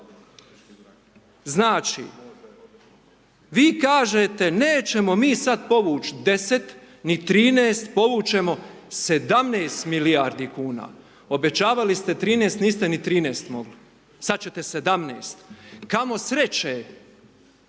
Znači, vi kažete nećemo mi sada povući 10 ni 13 povući ćemo 17 milijardi kn. Obećavali ste 13 niste ni 13 mogli, sada ćete 17. Kamo sreće,